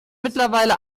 mittlerweile